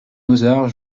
mozart